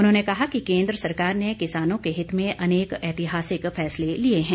उन्होंने कहा कि केंद्र सरकार ने किसानों के हित में अनेक एतिहासिक फैसले लिए हैं